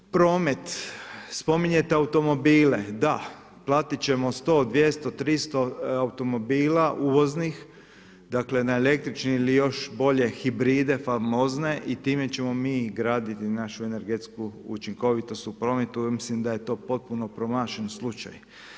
Promet, spominjete automobile, da, platit ćemo 100, 200, 300 automobila uvoznih, dakle na električni ili još bolje hibride famozne i time ćemo mi graditi našu energetsku učinkovitost u prometu, ja mislim da je to potpuno promašen slučaj.